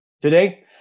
Today